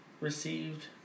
received